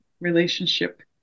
relationship